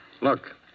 Look